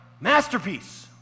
Masterpiece